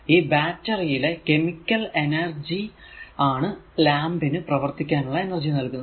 ഈ ബാറ്ററി യിലെ chemical energy ആണ് ലാംപ് നു പ്രവർത്തിക്കാനുള്ള എനർജി നൽകുന്നത്